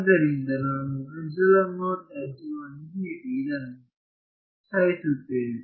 ಆದ್ದರಿಂದ ನಾನು ಇದನ್ನು ಸರಿಸುತ್ತೇನೆ